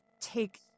take